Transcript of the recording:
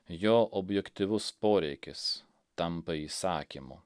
jo objektyvus poreikis tampa įsakymu